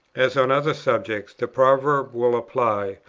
as on other subjects, the proverb will apply,